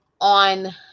on